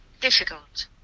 difficult